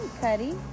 Cuddy